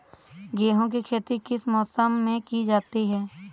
गेहूँ की खेती किस मौसम में की जाती है?